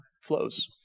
flows